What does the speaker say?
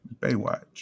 Baywatch